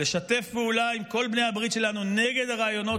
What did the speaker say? לשתף פעולה עם כל בני הברית שלנו נגד הרעיונות